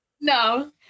No